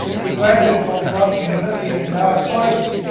they graduated from brock university and now ah college,